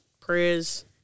prayers